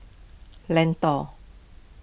Lentor